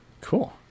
Cool